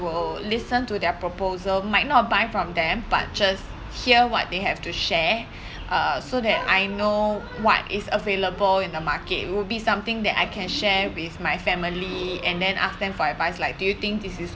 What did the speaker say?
will listen to their proposal might not buy from them but just hear what they have to share uh so that I know what is available in the market will be something that I can share with my family and then ask them for advice like do you think this is